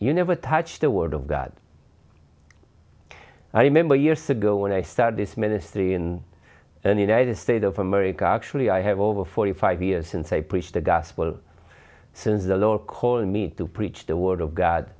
you never touched a word of god i remember years ago when i started this ministry in the united states of america actually i have over forty five years since i preached the gospel since the law calling me to preach the word of god